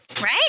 right